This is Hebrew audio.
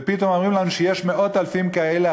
ופתאום אומרים לנו שיש מאות אלפים כאלה.